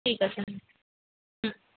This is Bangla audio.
ঠিক আছে হুম হুম